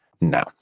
now